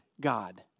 God